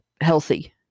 healthy